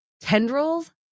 tendrils